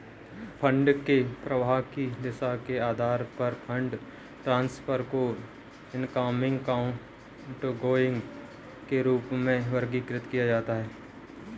fund के प्रवाह की दिशा के आधार पर फंड ट्रांसफर को इनकमिंग, आउटगोइंग के रूप में वर्गीकृत किया जाता है